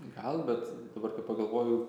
gal bet dabar kai pagalvoju